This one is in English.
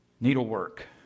needlework